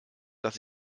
dass